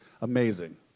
amazing